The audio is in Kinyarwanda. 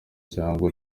cyangwa